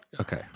Okay